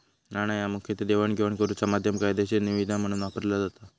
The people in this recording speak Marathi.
नाणा ह्या मुखतः देवाणघेवाण करुचा माध्यम, कायदेशीर निविदा म्हणून वापरला जाता